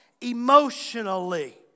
emotionally